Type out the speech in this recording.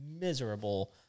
miserable